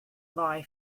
wei